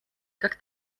как